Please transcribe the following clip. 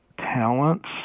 talents